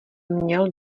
měl